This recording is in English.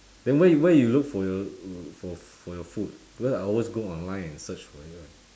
then where you where you look for your for for your food because I always go online and search for it [one]